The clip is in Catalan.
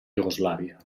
iugoslàvia